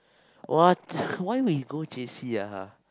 what why we go J_C ah